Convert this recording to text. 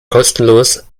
kostenlos